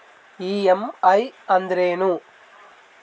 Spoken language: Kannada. ಇ.ಎಂ.ಐ ಅಂದ್ರೇನು?